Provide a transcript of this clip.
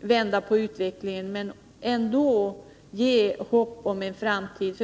vända utvecklingen så ändå ge hopp om en framtid.